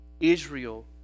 Israel